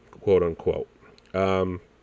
quote-unquote